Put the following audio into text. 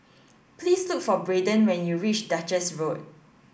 please look for Brayden when you reach Duchess Road